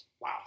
Wow